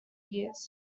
years